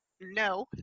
no